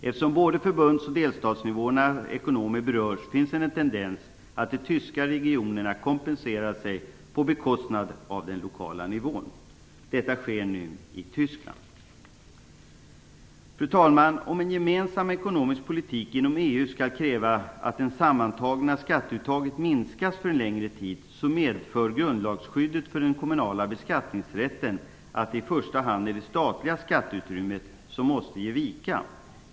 Eftersom både förbunds och delstatsnivåernas ekonomier berörs, finns det en tendens till att de tyska regionerna kompenserar sig på den lokala nivåns bekostnad. Detta sker nu i Fru talman! Om en gemensam ekonomisk politik inom EU skulle kräva att det sammantagna skatteuttaget minskas för en längre tid, så medför grundlagsskyddet för den kommunala beskattningsrätten att det i första hand är det statliga skatteutrymmet som måste ge vika.